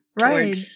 Right